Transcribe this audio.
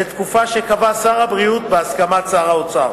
לתקופה שקבע שר הבריאות בהסכמת שר האוצר,